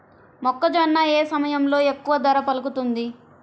మొక్కజొన్న ఏ సమయంలో ఎక్కువ ధర పలుకుతుంది?